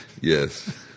yes